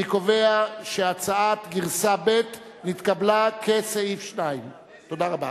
אני קובע שהצעת גרסה ב' התקבלה כסעיף 2. תודה רבה.